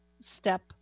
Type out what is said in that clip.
step